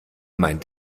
meint